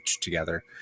together